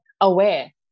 aware